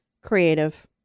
creative